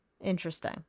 Interesting